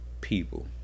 people